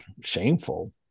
shameful